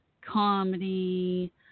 comedy